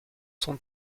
son